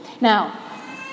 Now